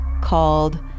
called